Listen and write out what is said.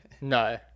No